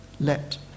let